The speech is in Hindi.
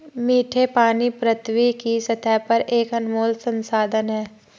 मीठे पानी पृथ्वी की सतह पर एक अनमोल संसाधन है